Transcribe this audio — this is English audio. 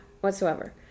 whatsoever